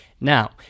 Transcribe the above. Now